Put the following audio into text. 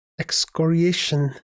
Excoriation